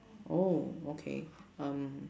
oh okay um